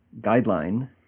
guideline